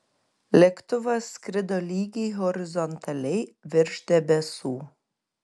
lėktuvas skrido lygiai horizontaliai virš debesų